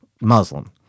Muslim